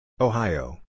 Ohio